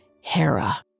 Hera